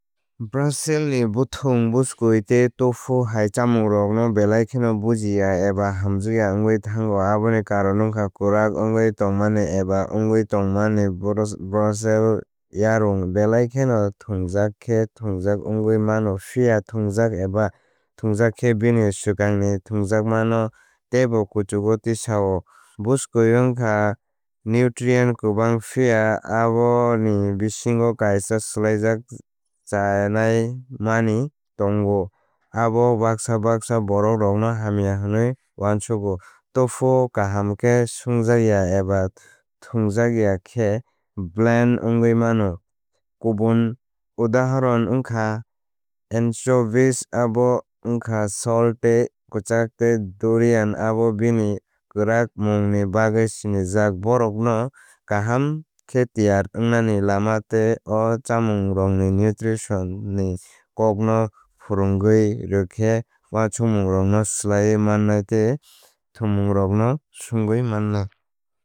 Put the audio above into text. Brussel ni bwthwng bwskui tei tofu hai chamung rok no belai kheno buji ya eba hamjakya wngwi thango. Aboni karon wngkha kwrak wngwi tongmani eba wngwi tongmani. Brussel yarung belai kheno thwngjak khe thwngjak wngwi mano. Phiya thwngjak eba thwngjak khe bini swkangni thwngjakma no teibo kuchugo tisao. Bwskui wngkha nutrient kwbang phiya aboni bisingo kaisa swlaijak chainaimani tongo. Abo baksa baksa borokrokno hamya hwnwi uansugo. Tofu kaham khe swngjakya eba thwngjakya khe blend wngwi mano. Kubun udhahoron wngkha ensobish abo wngkha som tei kwchak tei durian abo bini kwrak mwngni bagwi sinijak. Borokrokno kaham khe tiyar wngnani lama tei o chamungrokni nutrition ni kokno phwrwngwi rwkhe uansukmungrokno swlaiwi mannai tei thwngmungrokno swngwi mannai.